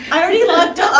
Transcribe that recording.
i already logged